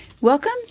Welcome